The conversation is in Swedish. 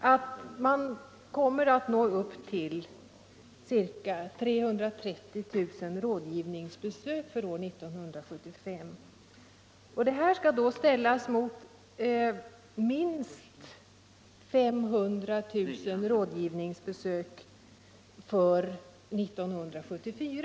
att rådgivningsbesöken för år 1975 kommer att gå upp till ca 330 000. Detta skall ställas mot minst 500 000 rådgivningsbesök för 1974.